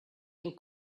del